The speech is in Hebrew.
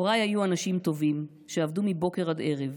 הוריי היו אנשים טובים שעבדו מבוקר עד ערב,